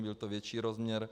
Je to větší rozměr.